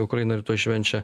ukraina rytoj švenčia